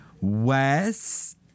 West